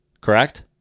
Correct